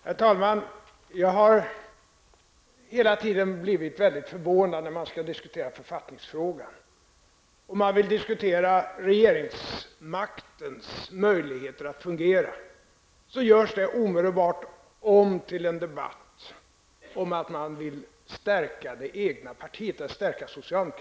Herr talman! Jag blir alltid lika förvånad över att när man diskuterar författningsfrågan och regeringsmaktens möjligheter att fungera, görs detta omedelbart om till en debatt om att man vill stärka det egna partiets ställning, dvs.